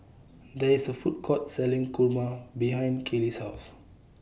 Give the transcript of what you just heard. There IS A Food Court Selling Kurma behind Kaylie's House